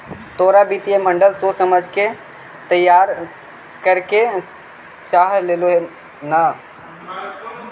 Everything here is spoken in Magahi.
तोरा वित्तीय मॉडल सोच समझ के तईयार करे के चाह हेलो न